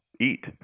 eat